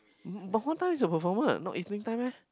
but what time is your performance not evening time meh